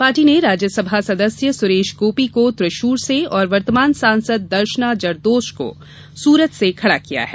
party ने राज्यसभा सदस्य सुरेश गोपी को त्रिशुर से और वर्तमान सांसद दर्शना जरदोश को सूरत से खड़ा किया है